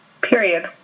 Period